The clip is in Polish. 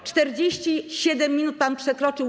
O 47 minut pan przekroczył czas.